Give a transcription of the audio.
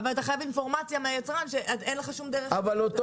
אבל אתה חייב אינפורמציה מהיצרן.